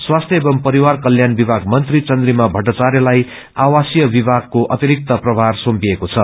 स्वास्थ्य एवमू परिवार कल्याण विभाग मंत्री चन्द्रिमा मट्टाचायलाई आवासीय विभागको अतिरिक्त प्रमार सुम्पिएको छ